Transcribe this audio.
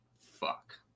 fuck